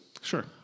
Sure